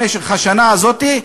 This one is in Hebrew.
במשך השנה הזאת.